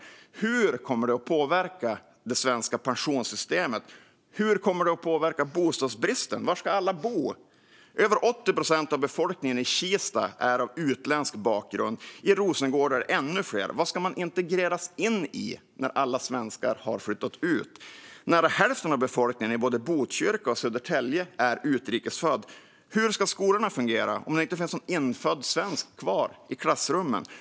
Hur kommer det att påverka det svenska pensionssystemet? Hur kommer det att påverka bostadsbristen? Var ska alla bo? Över 80 procent av befolkningen i Kista har utländsk bakgrund. I Rosengård är det ännu fler. Vad ska man integreras in i när alla svenskar har flyttat ut? Nära hälften av befolkningen i både Botkyrka och Södertälje är utrikesfödd. Hur ska skolorna fungera om det inte finns någon infödd svensk kvar i klassrummen?